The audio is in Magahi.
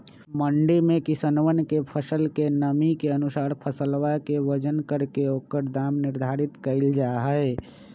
मंडी में किसनवन के फसल के नमी के अनुसार फसलवा के वजन करके ओकर दाम निर्धारित कइल जाहई